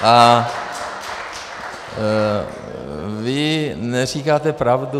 A vy neříkáte pravdu.